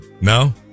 No